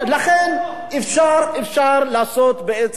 לכן אפשר לעשות בעצם,